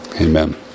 Amen